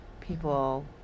people